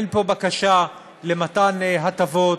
אין פה בקשה למתן הטבות,